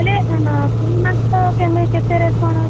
ହେଲେ କୋଉ ମାଛ କେମିତି କେତେ ରେଟ୍ କଣ ଅଛି